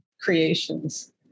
creations